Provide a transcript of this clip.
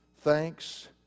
Thanks